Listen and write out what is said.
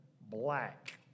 Black